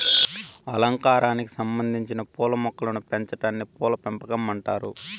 అలంకారానికి సంబందించిన పూల మొక్కలను పెంచాటాన్ని పూల పెంపకం అంటారు